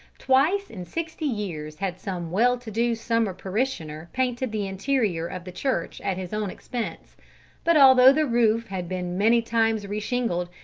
twice in sixty years had some well-to-do summer parishioner painted the interior of the church at his own expense but although the roof had been many times reshingled,